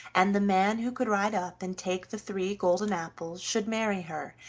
and the man who could ride up and take the three golden apples should marry her,